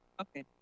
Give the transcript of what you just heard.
Okay